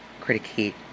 critique